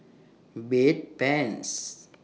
Bedpans